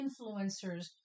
influencers